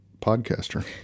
podcaster